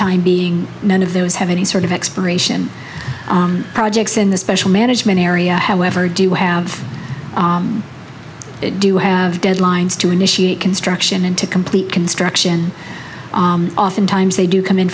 time being none of those have any sort of exploration projects in the special management area however do you have do you have deadlines to initiate construction and to complete construction oftentimes they do come in